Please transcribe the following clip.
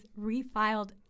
refiled